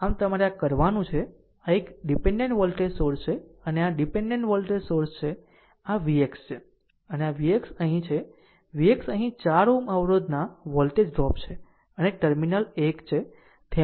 આમ તમારે આ કરવાનું છે આ એક ડીપેનડેન્ટ વોલ્ટેજ સોર્સ છે અને આ ડીપેનડેન્ટ વોલ્ટેજ સોર્સ છે આ Vx છે અને Vx અહીં છે Vx અહીં 4 Ω અવરોધ પરના વોલ્ટેજ ડ્રોપ છે અને આ એક ટર્મિનલ 1 છે